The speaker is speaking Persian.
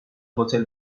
هتل